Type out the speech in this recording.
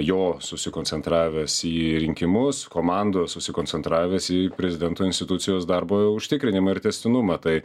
jo susikoncentravęs į rinkimus komandas susikoncentravęs į prezidento institucijos darbo užtikrinimą ir tęstinumą tai